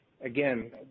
Again